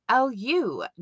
LU